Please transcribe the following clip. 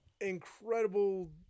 incredible